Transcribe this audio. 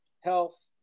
health